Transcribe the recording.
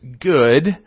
good